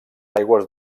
aigües